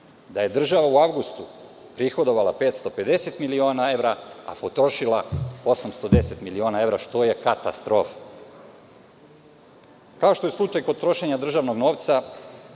da je država u avgustu prihodovala 550 miliona evra, a potrošila 810 miliona evra, što je katastrofa. Kao što je slučaj kod trošenja državnog novca,